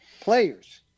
players